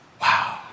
Wow